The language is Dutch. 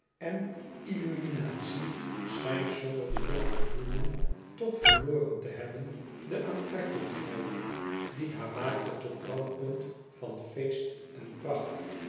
en illuminatie schijnt zonder de jonggehuwden toch verloren te hebben de aantrekkelijkheid die haar maakte tot brandpunt van feest en pracht